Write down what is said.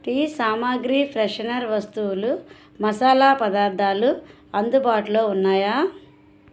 tea సామాగ్రి freshener వస్తువులు మసాలా పదార్థాలు అందుబాటులో ఉన్నాయా